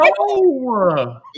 No